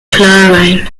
clarion